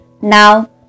Now